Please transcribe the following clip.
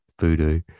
Voodoo